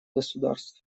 государств